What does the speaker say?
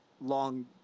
long